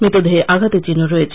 মৃতদেহে আঘাতের চিহ্ন রয়েছে